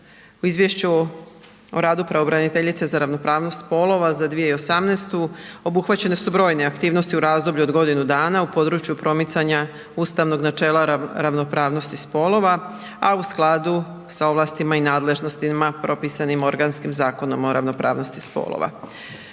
u Izvješću o radu pravobraniteljice za ravnopravnost spolova za 2018., obuhvaćene su brojne aktivnosti u razdoblju od godinu dana u području promicanja ustavnog načela ravnopravnosti spolova a u skladu sa ovlastima i nadležnostima propisanim organskim Zakonom o ravnopravnosti spolova.